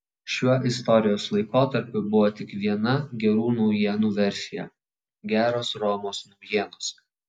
šiuo istorijos laikotarpiu buvo tik viena gerų naujienų versija geros romos naujienos